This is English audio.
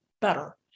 better